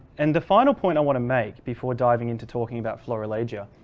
and the final point i want to make before diving into talking about florilegia,